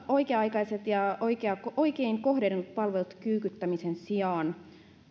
oikea aikaiset ja oikein kohdennetut palvelut kyykyttämisen sijaan